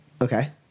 Okay